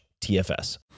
TFS